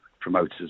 promoters